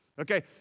Okay